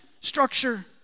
structure